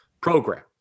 program